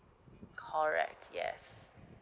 correct yes